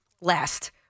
last